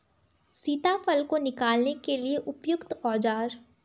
सीताफल को निकालने के लिए उपयुक्त औज़ार?